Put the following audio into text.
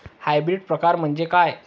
Hybrid प्रकार म्हणजे काय?